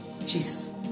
Jesus